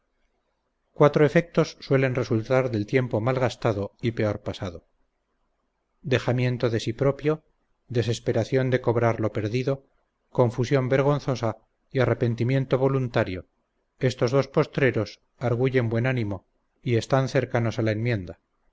cuatro efectos suelen resultar del tiempo mal gastado y peor pasado dejamiento de sí propio desesperación de cobrar lo perdido confusión vergonzosa y arrepentimiento voluntario estos dos postreros arguyen buen ánimo y estar cercanos a la enmienda